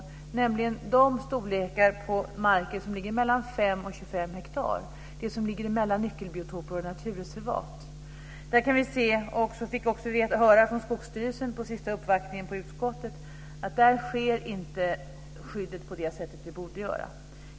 Det gäller de storlekar på marker som ligger mellan 5 och 25 hektar, det som ligger mellan nyckelbiotoper och naturreservat. Vi kan se - och vi fick också höra det från Skogsstyrelsen under den senaste uppvaktningen på utskottet - att dessa marker inte skyddas på det sätt som de borde skyddas.